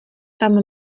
tam